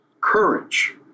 courage